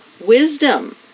wisdom